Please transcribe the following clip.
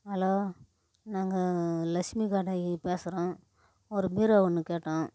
hello நாங்கள் லக்ஷ்மி கடைக்கு பேசுகிறோம் ஒரு பீரோ ஒன்று கேட்டோம்